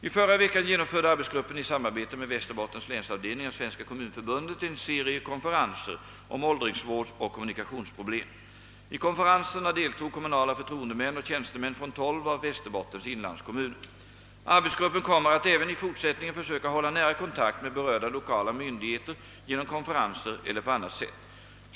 I förra veckan genomförde arbetsgruppen i samarbete med Västerbottens länsavdelning av Svenska kommunförbundet en serie konferenser om åldringsvårdsoch kommunikationsproblem. I konferenserna deltog kommunala förtroendemän och tjänstemän från tolv av Västerbottens inlandskommuner. Arbetsgruppen kommer att även i fortsättningen försöka hålla nära kontakt med berörda lokala myndigheter genom konferenser eller på annat sätt.